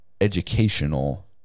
educational